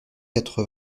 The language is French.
quatre